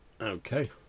Okay